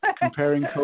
Comparing